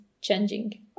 changing